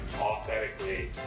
authentically